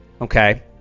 Okay